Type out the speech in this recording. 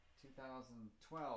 2012